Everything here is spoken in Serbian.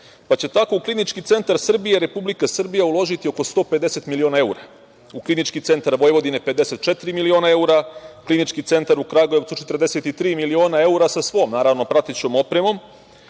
Pa, tako će u Klinički centar Srbije Republika Srbija uložiti oko 150 miliona evra, u Klinički centar Vojvodine 54 miliona evra, Klinički centar u Kragujevcu 43 miliona evra, naravno, sa svom pratećom opremom,